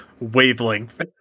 wavelength